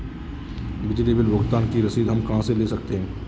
बिजली बिल भुगतान की रसीद हम कहां से ले सकते हैं?